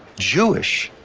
jewish.